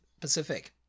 pacific